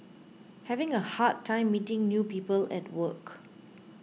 having a hard time meeting new people at work